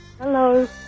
Hello